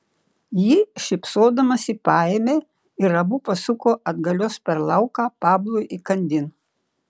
ji šypsodamasi paėmė ir abu pasuko atgalios per lauką pablui įkandin